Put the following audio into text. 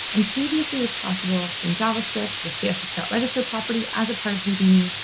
and previously was possible in javascript with css register property as a part of houdini.